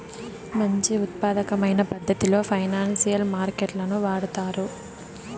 మంచి ఉత్పాదకమైన పద్ధతిలో ఫైనాన్సియల్ మార్కెట్ లను వాడుతారు